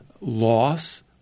loss